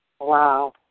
Wow